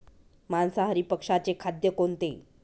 मांसाहारी पक्ष्याचे खाद्य कोणते?